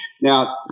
Now